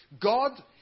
God